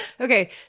Okay